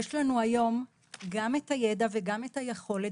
יש לנו היום גם את הידע וגם את היכולת